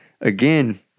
again